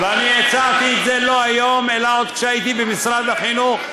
אני הצעתי את זה לא היום אלא עוד כשהייתי במשרד החינוך.